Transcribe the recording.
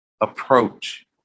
approach